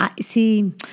see